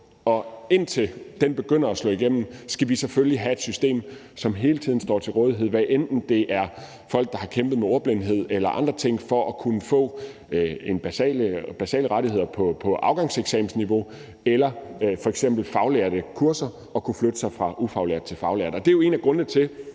Og indtil den begynder at slå igennem, skal vi selvfølgelig have et system, som hele tiden står til rådighed, hvad enten det er for folk, der har kæmpet med ordblindhed eller andre ting for at kunne få basale færdigheder på afgangseksamensniveau, eller for f.eks. at få kurser som faglært for at kunne flytte sig fra ufaglært til faglært. Det er jo en af grundene til